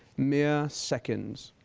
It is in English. mere seconds.